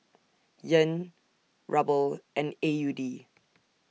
Yen Ruble and A U D